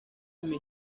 mis